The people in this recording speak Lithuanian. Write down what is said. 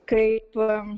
kai tu